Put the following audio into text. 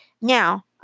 Now